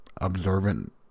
Observant